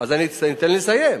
אז תן לי לסיים.